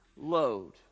load